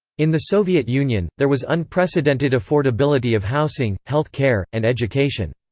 in the soviet union, there was unprecedented affordability of housing, health care, and education.